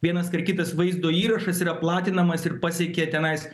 vienas ar kitas vaizdo įrašas yra platinamas ir pasiekė tenais